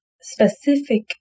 specific